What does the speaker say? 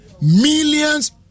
millions